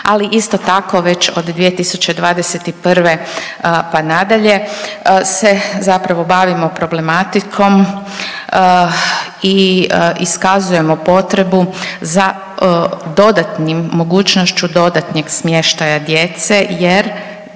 ali isto tako već od 2021. pa nadalje se zapravo bavimo problematikom i iskazujemo potrebu za dodatnim mogućnošću dodatnog smještaja djece jer